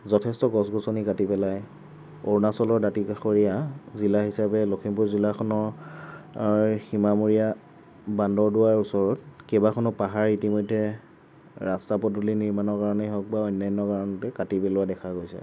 যথেষ্ট গছ গছনি কাটি পেলাই অৰুণাচলৰ দাঁতি কাষৰীয়া জিলা হিচাপে লখিমপুৰ জিলাখনো সীমামূৰীয়া বান্দৰদোৱাৰ ওচৰত কেইবাখনো পাহাৰ ইতিমধ্যে ৰাস্তা পদূলি নিৰ্মাণৰ কাৰণেই হওক বা অন্যান্য কাৰণতেই কাটি পেলোৱা দেখা গৈছে